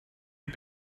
you